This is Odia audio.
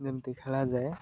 ଯେମିତି ଖେଳା ଯାଏ